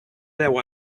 deu